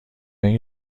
این